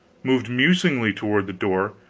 moved musingly toward the door,